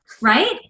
Right